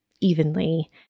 evenly